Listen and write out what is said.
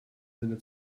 sinne